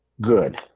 good